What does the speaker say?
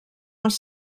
els